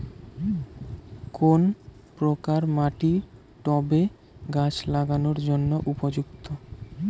কোন প্রকার মাটি টবে গাছ লাগানোর জন্য উপযুক্ত?